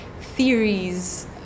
theories